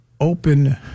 open